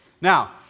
now